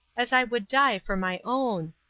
as i would die for my own.